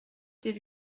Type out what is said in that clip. des